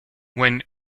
when